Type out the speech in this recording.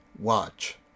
watch